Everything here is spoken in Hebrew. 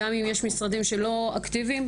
גם אם יש משרדים שלא אקטיביים,